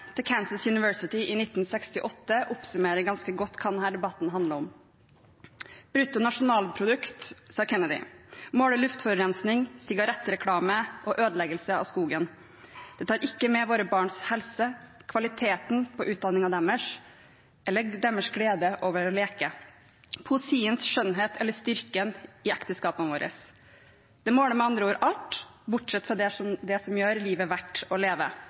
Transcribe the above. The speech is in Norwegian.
tale til University of Kansas i 1968 oppsummerer ganske godt hva denne debatten handler om. Brutto nasjonalprodukt, sa Kennedy, måler luftforurensning, sigarettreklame og ødeleggelse av skogen. Det tar ikke med våre barns helse, kvaliteten på utdanningen deres eller deres glede over å leke, poesiens skjønnhet eller styrken i ekteskapene våre. Det måler med andre ord alt, bortsett fra det som gjør livet verdt å leve.